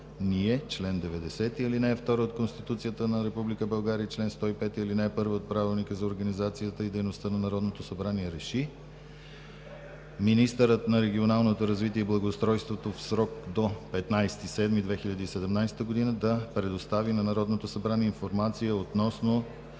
чл. 90, ал. 2 от Конституцията на Република България и чл. 105, ал. 1 от Правилника за организацията и дейността на Народното събрание РЕШИ: Министърът на регионалното развитие и благоустройството в срок до 15 юли 2017 г. да предостави на Народното събрание информация относно